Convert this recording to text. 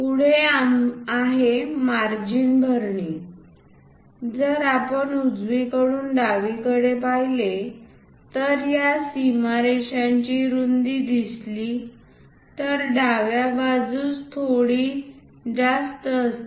पुढे आहे मार्जिन भरणे जर आपण उजवीकडून डावीकडे पहिले तर या सीमा रेषांची रुंदी दिसली तर डाव्या बाजूस थोडी जास्त असते